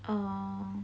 uh